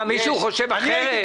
מישהו חושב אחרת?